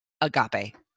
agape